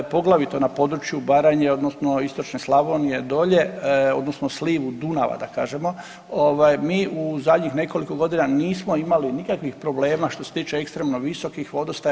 Poglavito na području Baranje odnosno istočne Slavonije dolje odnosno slivu Dunava da kažemo ovaj mi u zadnjih nekoliko godina nismo imali nikakvih problema što se tiče ekstremno visokih vodostaja.